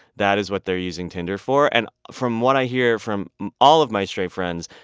that is what they're using tinder for. and from what i hear, from all of my straight friends,